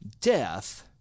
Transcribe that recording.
Death